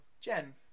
Jen